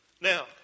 Now